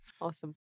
Awesome